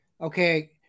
okay